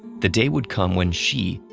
the day would come when she,